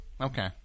Okay